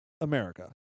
America